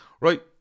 right